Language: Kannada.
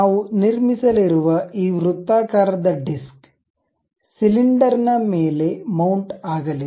ನಾವು ನಿರ್ಮಿಸಲಿರುವ ಈ ವೃತ್ತಾಕಾರದ ಡಿಸ್ಕ್ ಸಿಲಿಂಡರ್ ನ ಮೇಲೆ ಮೌಂಟ್ ಆಗಲಿದೆ